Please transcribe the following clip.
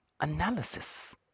analysis